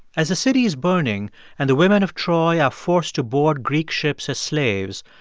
as the city is burning and the women of troy are forced to board greek ships as slaves,